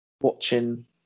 watching